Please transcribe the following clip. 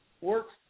works